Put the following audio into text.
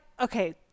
okay